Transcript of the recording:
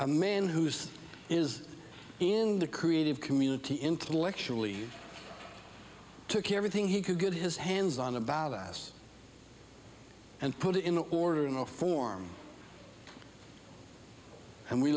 a man who's is in the creative community intellectually took everything he could get his hands on about us and put it in the order in the form and we